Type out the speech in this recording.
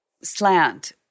slant